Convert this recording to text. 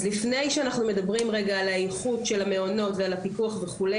אז לפני שאנחנו מדברים רגע על האיחוד של המעונות ועל הפיקוח וכו',